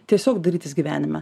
tiesiog darytis gyvenime